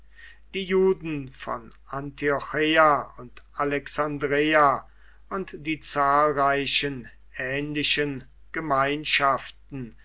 die juden von antiocheia und alexandreia und die zahlreichen ähnlichen gemeinschaften